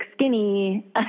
skinny